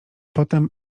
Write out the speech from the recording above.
potem